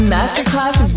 Masterclass